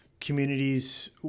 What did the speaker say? communities